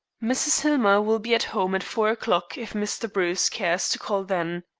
mrs. hillmer will be at home at four o'clock if mr. bruce cares to call then.